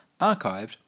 archived